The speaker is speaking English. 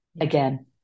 again